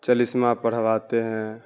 چالیسواں پڑھواتے ہیں